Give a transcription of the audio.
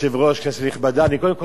אני קודם כול מודה לך על שנתת לי לדבר.